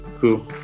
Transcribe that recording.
cool